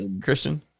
Christian